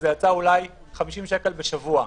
זה יצא אולי 50 שקל בשבוע,